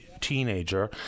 teenager